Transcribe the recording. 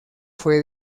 fue